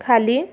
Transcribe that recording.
खाली